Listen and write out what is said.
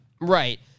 right